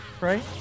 Right